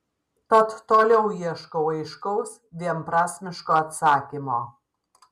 tad toliau ieškau aiškaus vienprasmiško atsakymo